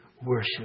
Worship